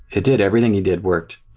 it did everything he did worked.